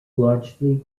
largely